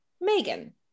Megan